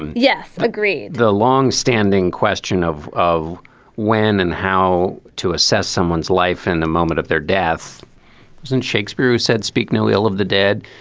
yes, i agree, the long standing question of of when and how to assess someone's life in the moment of their deaths since shakespeare said speak no ill of the dead.